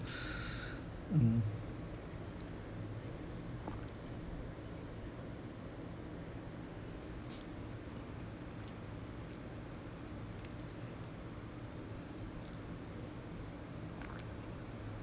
mm